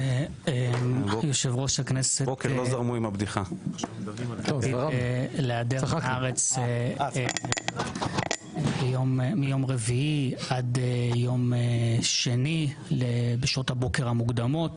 יושב ראש הכנסת ייעדר מהארץ מיום רביעי עד יום שני בשעות הבוקר המוקדמות